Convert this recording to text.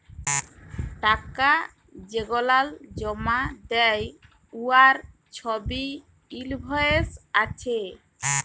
টাকা যেগলাল জমা দ্যায় উয়ার ছবই ইলভয়েস আছে